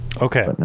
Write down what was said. Okay